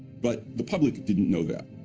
but the public didn't know that.